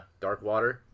Darkwater